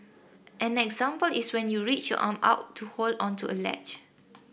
an example is when you reach arm out to hold onto a ledge